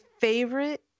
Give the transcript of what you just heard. favorite